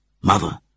Mother